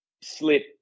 slip